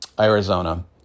Arizona